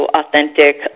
authentic